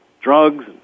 drugs